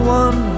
one